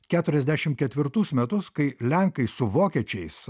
keturiasdešim ketvirtus metus kai lenkai su vokiečiais